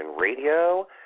Radio